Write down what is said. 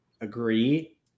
agree